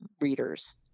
readers